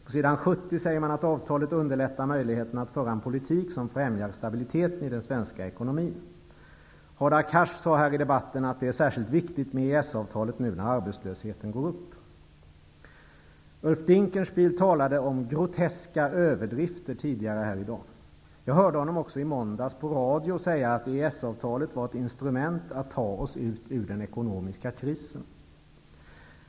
På s. 70 säger utskottet att avtalet underlättar möjligheterna att föra en politik som främjar stabiliteten i den svenska ekonomin. Hadar Cars sade i debatten att det är särskilt viktigt med EES-avtalet nu när arbetslösheten ökar. Ulf Dinkelspiel talade tidigare i dag om groteska överdrifter. Jag hörde statsrådet Dinkelspiel även i måndags i radio säga att EES-avtalet var ett instrument att ta oss ur den ekonomiska krisen.